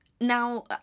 Now